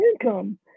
income